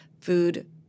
food